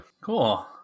Cool